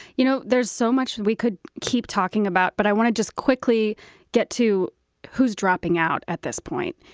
you know, there's so much we could keep talking about. but i want to just quickly get to who's dropping out at this point.